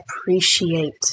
appreciate